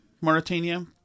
Mauritania